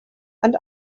and